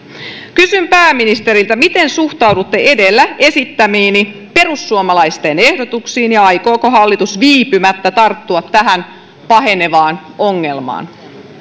kysyn pääministeriltä miten suhtaudutte edellä esittämiini perussuomalaisten ehdotuksiin ja aikooko hallitus viipymättä tarttua tähän pahenevaan ongelmaan